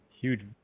huge